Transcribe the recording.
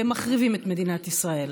והם מחריבים את מדינת ישראל.